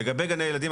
לגבי גני ילדים,